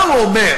מה הוא אומר?